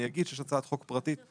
אני אגיד שיש הצעת חוק פרטית,